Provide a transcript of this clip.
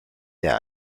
der